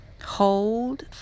hold